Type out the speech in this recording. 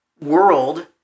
world